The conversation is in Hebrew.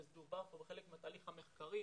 וזה דובר פה בחלק מהתהליך המחקרי,